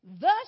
Thus